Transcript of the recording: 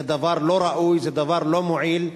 זה דבר לא ראוי, זה דבר לא מועיל,